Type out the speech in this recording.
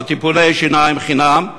בטיפולי שיניים חינם,